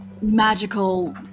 magical